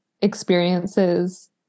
experiences